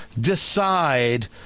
decide